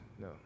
no